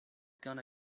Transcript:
gonna